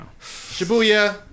Shibuya